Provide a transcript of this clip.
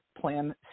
plan